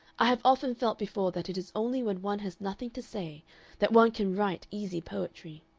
i have often felt before that it is only when one has nothing to say that one can write easy poetry.